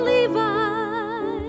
Levi